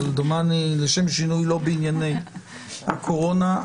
אבל לשם שינוי לא בענייני הקורונה.